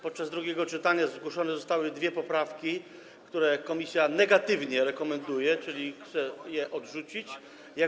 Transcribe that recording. Podczas drugiego czytania zgłoszone zostały dwie poprawki, które komisja negatywnie rekomenduje, czyli chce ich odrzucenia.